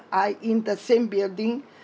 are in the same building